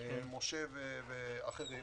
משה ואחרים,